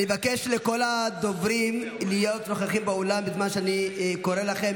אני מבקש מכל הדוברים להיות נוכחים באולם בזמן שאני קורא לכם.